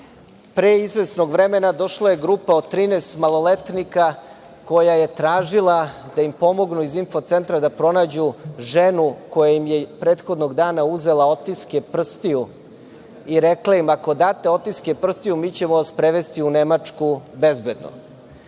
izvesnog vremena došla je grupa od 13 maloletnika, koja je tražila da im pomognu iz info centra da pronađu ženu koja im je prethodnog dana uzela otiske prstiju i rekla im – ako date otiske prstiju, mi ćemo vas prevesti u Nemačku bezbedno.